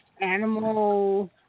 animal